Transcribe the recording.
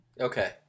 Okay